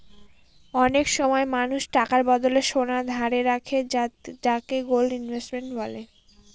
অনেক সময় মানুষ টাকার বদলে সোনা ধারে রাখে যাকে গোল্ড ইনভেস্টমেন্ট বলে